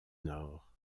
nord